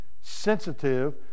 sensitive